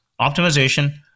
optimization